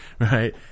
right